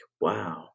wow